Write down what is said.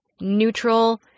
neutral